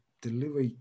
deliver